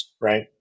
right